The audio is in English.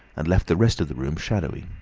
and left the rest of the room shadowy.